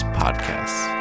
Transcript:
podcasts